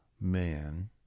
man